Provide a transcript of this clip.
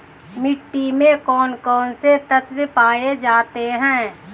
मिट्टी में कौन कौन से तत्व पाए जाते हैं?